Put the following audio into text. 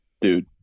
Dude